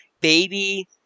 baby